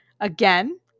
Again